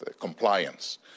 compliance